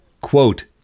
Quote